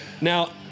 Now